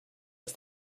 ist